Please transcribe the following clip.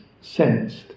sensed